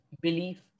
belief